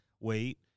wait